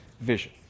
vision